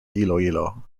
iloilo